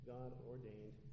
God-ordained